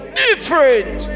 different